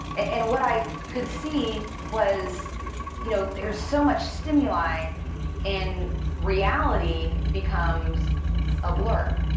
and what i could see was you know there's so much stimuli and reality becomes a blur.